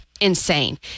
insane